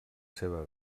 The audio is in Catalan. seva